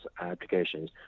applications